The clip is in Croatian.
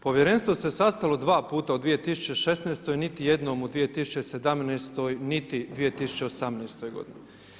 Povjerenstvo se sastalo 2 puta u 2016., niti jednom u 2017., niti 2018. godini.